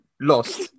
lost